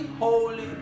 holy